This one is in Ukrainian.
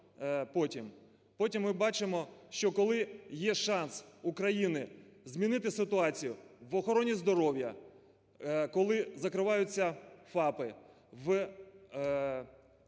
Потім ми бачимо, що коли є шанс України змінити ситуацію в охороні здоров'я, коли закриваються ФАПи, в фізичній